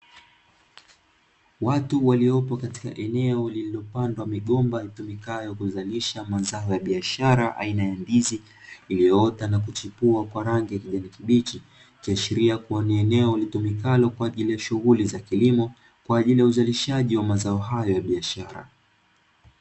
Watu waliyopo katika eneo lililopandwa migomba itumikayo kuzalisha mazao ya biashara ainaya ndizi iliyoota na kuchipua kwa rangi ya kijani kibichi. Ikiashiria kuwa ni eneo litumikalo kwa ajili ya shughuli ya kilimo, kwa ajili ya uzalishaji wa mazao hayo ya biashara.